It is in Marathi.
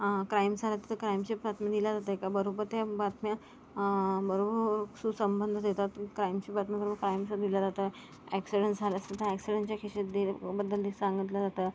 क्राइम झालं आहे तिथं क्राइमच्या बातम्या दिल्या जातं आहे का बरोबर त्या बातम्या बरोबर सुसंबद्धच येतात क्राइमची बातमी बरोबर क्राइमच्याच दिल्या जातं आहे ॲक्सिडेंट झाला असंल तर ॲक्सिडेंटच्या बद्दल ते सांगितलं जातं